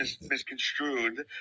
misconstrued